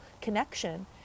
connection